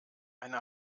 eine